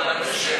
ועדת הכספים.